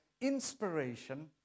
inspiration